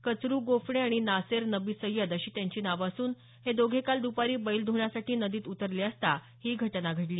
कचरु गोफणे आणि नासेर नबी सय्यद अशी त्यांची नावं असून हे दोघे काल दुपारी बैल ध्ण्यासाठी नदीत उतरले असता ही घटना घडली